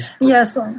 Yes